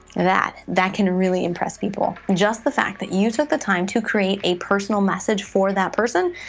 that that can really impress people. just the fact that you took the time to create a personal message for that person,